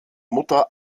mutter